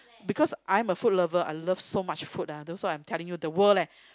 because I am a food lover I love so much food ah then also I'm telling you the world leh